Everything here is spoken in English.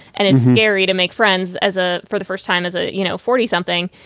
and it's scary to make friends as a for the first time as a, you know, forty something.